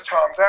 Tom